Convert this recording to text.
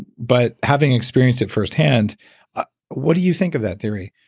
but having experienced it firsthand what do you think of that theory?